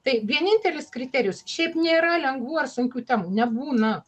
tai vienintelis kriterijus šiaip nėra lengvų ar sunkių temų nebūna